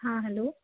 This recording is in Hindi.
हाँ हैलो